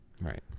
Right